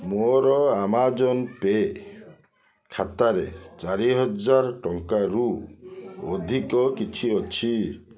ମୋର Amazon Pay ଖାତାରେ ଚାରି ହଜାର ଟଙ୍କାରୁ ଅଧିକ ଅଛି